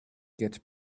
get